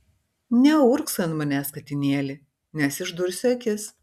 neurgzk ant manęs katinėli nes išdursiu akis